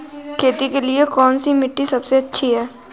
खेती के लिए कौन सी मिट्टी सबसे अच्छी है?